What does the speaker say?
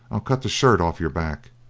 i'll cut the shirt off your back.